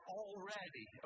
already